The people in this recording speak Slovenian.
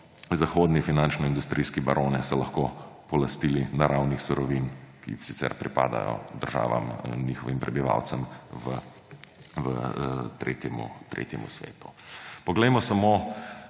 zahodni finančno-industrijski baroni lahko polastili naravnih surovin, ki sicer pripadajo državam in njihovim prebivalcem v tretjem svetu. Poglejmo samo,